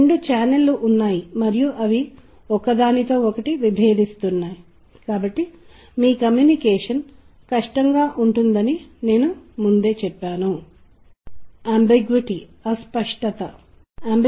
ఇప్పుడు మీరు సంగీతం యొక్క కొన్ని ప్రాథమిక భాగాలను చూస్తున్నట్లయితే వాటిలో ఒకటి స్థాయి మరియు స్వర మాధుర్యం